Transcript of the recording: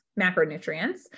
macronutrients